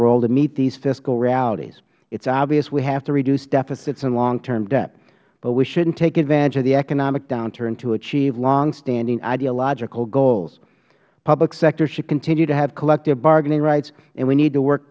realities it is obvious we have to reduce deficits and long term debt but we shouldnt take advantage of the economic downturn to achieve longstanding ideological goals public sector should continue to have collective bargaining rights and we need to work